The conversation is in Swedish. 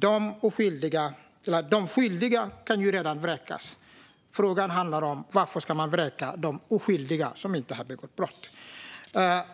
De skyldiga kan ju redan vräkas. Frågan handlar om varför man ska vräka oskyldiga som inte har begått något brott.